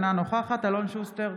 אינה נוכחת אלון שוסטר,